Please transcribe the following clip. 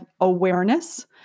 awareness